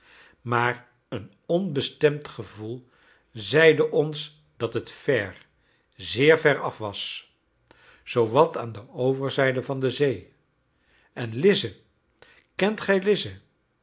maar een onbestemd gevoel zeide ons dat het ver zeer ver af was zoowat aan de overzijde van de zee en lize kent gij lize